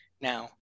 now